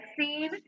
scene